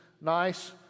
nice